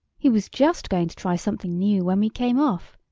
he was just going to try something new when we came off.